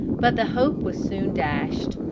but the hope was soon dashed.